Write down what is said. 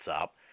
up